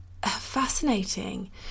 fascinating